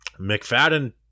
McFadden